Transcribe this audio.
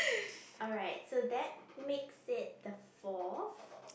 alright so that makes it the fourth